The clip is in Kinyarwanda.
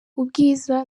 ubwiza